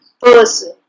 person